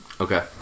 Okay